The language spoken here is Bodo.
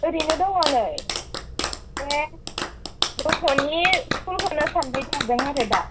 ओरैनो द'ङ'नै बे ग'थ'नि स्कुल खौनो सानबाय थादों आरो दा